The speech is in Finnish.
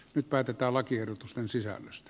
nyt päätetään lakiehdotusten sisällöstä